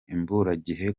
imburagihe